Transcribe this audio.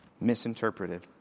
Misinterpreted